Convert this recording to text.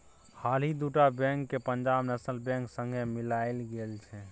हालहि दु टा बैंक केँ पंजाब नेशनल बैंक संगे मिलाएल गेल छै